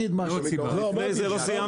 רמ"י.